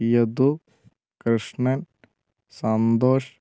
Yadu Krishnan Santhosh